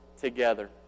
together